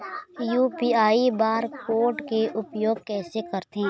UPI bar code के उपयोग कैसे करथें?